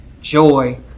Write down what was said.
joy